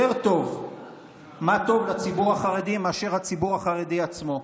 טוב מה טוב לציבור החרדי מאשר הציבור החרדי עצמו.